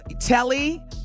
Telly